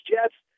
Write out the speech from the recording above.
Jets